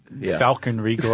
falconry